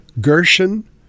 Gershon